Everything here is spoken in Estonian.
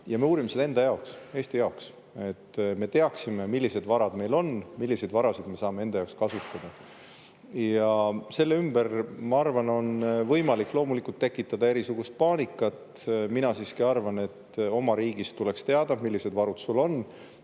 Ja me uurime seda enda jaoks, Eesti jaoks, et me teaksime, millised varad meil on, milliseid varasid me saame enda jaoks kasutada. Ja selle ümber, ma arvan, on võimalik loomulikult tekitada paanikat. Mina siiski arvan, et oma riigis tuleks teada, millised varud sul on